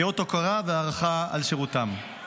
כאות הוקרה והערכה על שירותם.